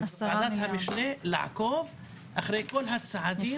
בוועדת המשנה לעקוב אחרי כל הצעדים.